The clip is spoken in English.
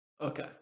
Okay